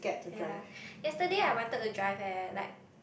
ya yesterday I wanted to drive eh like